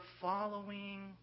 following